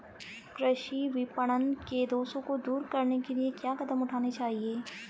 कृषि विपणन के दोषों को दूर करने के लिए क्या कदम उठाने चाहिए?